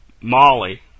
Molly